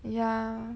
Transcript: ya